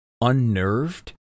unnerved